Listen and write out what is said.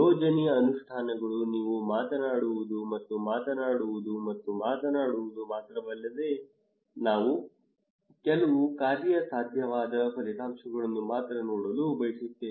ಯೋಜನೆ ಅನುಷ್ಠಾನಗಳು ನೀವು ಮಾತನಾಡುವುದು ಮತ್ತು ಮಾತನಾಡುವುದು ಮತ್ತು ಮಾತನಾಡುವುದು ಮಾತ್ರವಲ್ಲದೆ ನಾವು ಕೆಲವು ಕಾರ್ಯಸಾಧ್ಯವಾದ ಫಲಿತಾಂಶವನ್ನು ಮಾತ್ರ ನೋಡಲು ಬಯಸುತ್ತೇವೆ